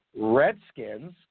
Redskins